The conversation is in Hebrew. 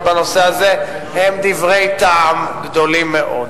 בנושא הזה הם דברי טעם חזקים מאוד.